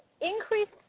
increased